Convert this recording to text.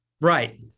Right